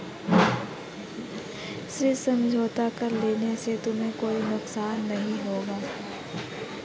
ऋण समझौता कर लेने से तुम्हें कोई नुकसान नहीं होगा